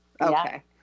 Okay